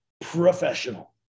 professional